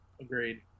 Agreed